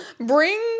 Bring